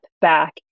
back